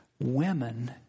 Women